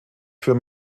für